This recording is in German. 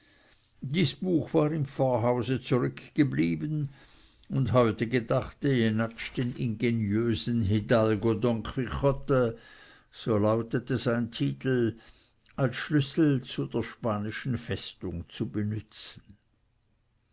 dies buch war im pfarrhause zurückgeblieben und heute gedachte jenatsch den ingeniosen hidalgo don quixote so lautete sein titel als schlüssel zu der spanischen festung zu benützen